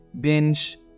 binge